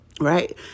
right